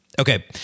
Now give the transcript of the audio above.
Okay